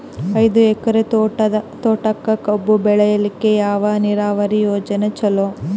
ಐದು ಎಕರೆ ತೋಟಕ ಕಬ್ಬು ಬೆಳೆಯಲಿಕ ಯಾವ ನೀರಾವರಿ ಯೋಜನೆ ಚಲೋ?